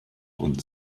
und